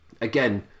Again